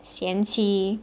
贤妻